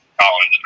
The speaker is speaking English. college